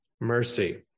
mercy